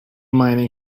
mining